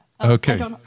Okay